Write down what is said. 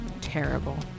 Terrible